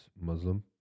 Muslim